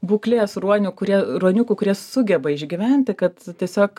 būklės ruonių kurie ruoniukų kurie sugeba išgyventi kad tiesiog